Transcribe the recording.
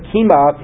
Kima